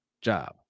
job